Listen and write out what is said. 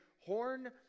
horn